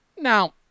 Now